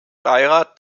beirat